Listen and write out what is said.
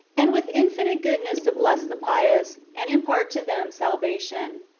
and with infinite goodness to bless the pious, and impart to them scdvation.